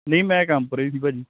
ਨਹੀਂ ਮੈਂ ਕੰਮ ਪਰ ਸੀ ਭਾਅ ਜੀ